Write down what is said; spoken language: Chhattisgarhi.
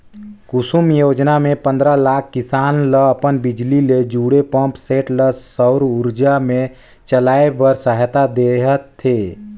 कुसुम योजना मे पंदरा लाख किसान ल अपन बिजली ले जुड़े पंप सेट ल सउर उरजा मे चलाए बर सहायता देह थे